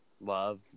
love